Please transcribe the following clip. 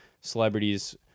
celebrities